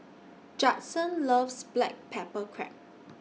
Judson loves Black Pepper Crab